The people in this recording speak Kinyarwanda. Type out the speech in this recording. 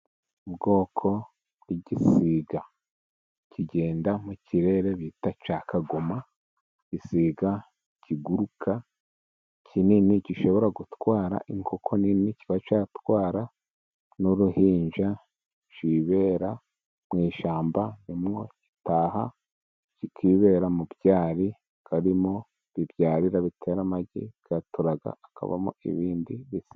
Ubwoko bw'igisiga kigenda mu kirere bita cya kagoma, igisiga kiguruka kinini, gishobora gutwara inkoko nini, kiba cyatwara n'uruhinja, kibera mu ishyamba niho gitaha, kikibera mu byari akaba ariho bibyarira bitera amagi, bikayaturaga hakavamo ibindi bisiga.